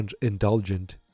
indulgent